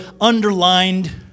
underlined